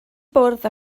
bwrdd